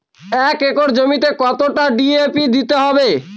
এক একর জমিতে কতটা ডি.এ.পি দিতে হবে?